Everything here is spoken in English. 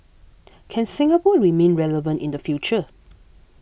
can Singapore remain relevant in the future